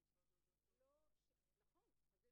היום